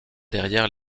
derrière